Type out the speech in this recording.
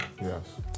yes